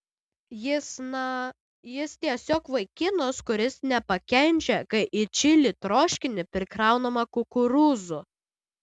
jis na jis tiesiog vaikinas kuris nepakenčia kai į čili troškinį prikraunama kukurūzų